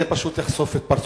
זה פשוט יחשוף את פרצופם.